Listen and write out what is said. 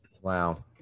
Wow